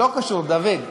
לא קשור, דוד.